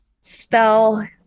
spell